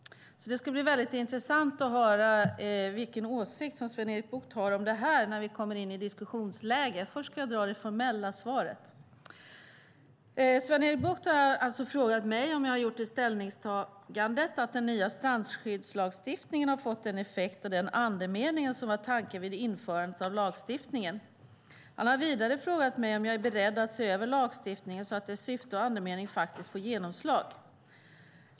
Det ska därför bli mycket intressant att höra vilken åsikt Sven-Erik Bucht har om detta när vi kommer in i diskussionsläge. Först ska jag ge det formella svaret. Sven-Erik Bucht har alltså frågat mig om jag har gjort ställningstagandet att den nya strandskyddslagstiftningen har fått den effekt och den andemening som var tanken vid införandet av lagstiftningen. Han har vidare frågat mig om jag är beredd att se över lagstiftningen så att dess syfte och andemening faktiskt får genomslag.